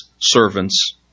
Servants